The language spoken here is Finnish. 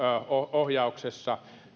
ohjauksessa